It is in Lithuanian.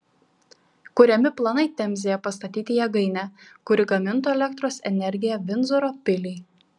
kuriami planai temzėje pastatyti jėgainę kuri gamintų elektros energiją vindzoro piliai